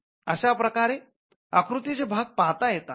अश्या प्रकारे आकृतीचे भाग पाहता येतात